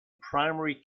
primary